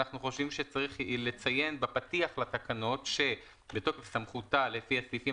אנחנו חושבים שצריך לציין בפתיח לתקנות שבתוקף סמכותה לפי הסעיפים